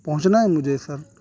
پہنچنا ہے مجھے سر